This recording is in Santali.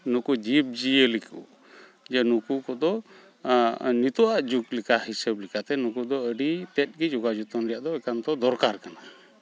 ᱱᱩᱠᱩ ᱡᱤᱵᱽᱼᱡᱤᱭᱟᱹᱞᱤ ᱠᱚ ᱡᱮ ᱱᱩᱠᱩ ᱠᱚᱫᱚ ᱱᱤᱛᱳᱜᱼᱟᱜ ᱡᱩᱜᱽ ᱞᱮᱠᱟ ᱦᱤᱥᱟᱹᱵᱽ ᱞᱮᱠᱟᱛᱮ ᱱᱩᱠᱩ ᱫᱚ ᱟᱹᱰᱤ ᱛᱮᱫ ᱜᱮ ᱡᱚᱜᱟᱣ ᱡᱚᱛᱚᱱ ᱨᱮᱭᱟᱜ ᱫᱚ ᱮᱠᱟᱱᱛᱚ ᱫᱚᱨᱠᱟᱨ ᱠᱟᱱᱟ